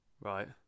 Right